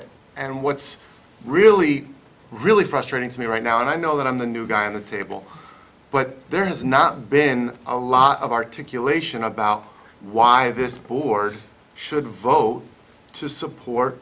it and what's really really frustrating to me right now and i know that i'm the new guy on the table but there has not been a lot of articulation about why this board should vote to support